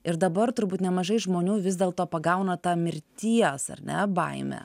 ir dabar turbūt nemažai žmonių vis dėl to pagauna tą mirties ar ne baimę